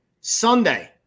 Sunday